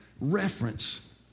reference